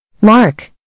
Mark